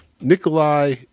Nikolai